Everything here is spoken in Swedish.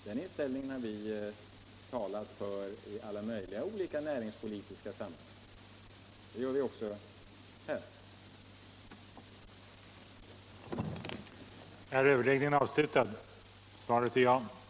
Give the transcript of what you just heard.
Den inställningen har vi talat för i alla möjliga näringspolitiska sammanhang, och det gör vi också i detta fall.